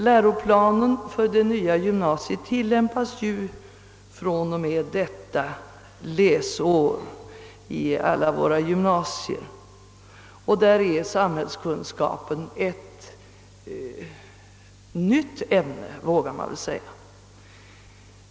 Läroplanen för det nya gymnasiet tillämpas detta läsår i alla våra gymnasier, och med sin nuvarande omfattning är samhällskunskapen ett nytt ämne.